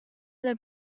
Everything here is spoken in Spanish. del